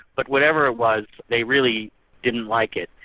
but whatever it was, they really didn't like it,